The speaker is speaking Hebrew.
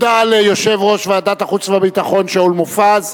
תודה ליושב-ראש ועדת החוץ והביטחון שאול מופז.